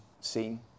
scene